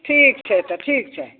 ठीक छै तऽ ठीक छै